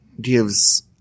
gives